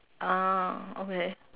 ah okay